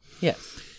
Yes